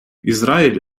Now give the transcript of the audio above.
ізраїль